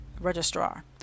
registrar